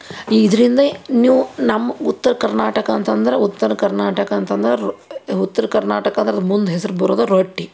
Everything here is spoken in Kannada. ಈ ಇದ್ರಿಂದ ನೀವು ನಮ್ಮ ಉತ್ತರ ಕರ್ನಾಟಕ ಅಂತಂದ್ರೆ ಉತ್ತರ ಕರ್ನಾಟಕ ಅಂತಂದರೆ ರೊ ಉತ್ತರ ಕರ್ನಾಟಕದಲ್ಲಿ ಮುಂದೆ ಹೆಸರು ಬರುದೇ ರೊಟ್ಟಿ